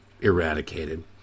eradicated